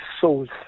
souls